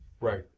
Right